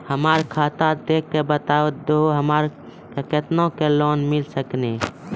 हमरा खाता देख के बता देहु हमरा के केतना के लोन मिल सकनी?